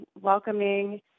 welcoming